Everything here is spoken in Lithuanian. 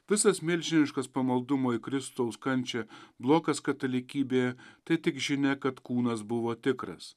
visas milžiniškas pamaldumo į kristaus kančią blokas katalikybėje tai tik žinia kad kūnas buvo tikras